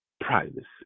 privacy